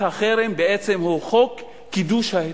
החרם בעצם הוא חוק קידוש ההתנחלויות.